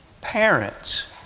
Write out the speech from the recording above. Parents